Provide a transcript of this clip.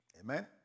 Amen